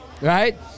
Right